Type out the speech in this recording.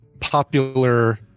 popular